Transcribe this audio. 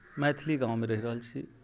मैथिली गाममे रहि रहल छी